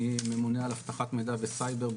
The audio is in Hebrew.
אני ממונה על אבטחת מיידע וסייבר,